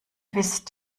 wisst